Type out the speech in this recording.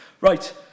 Right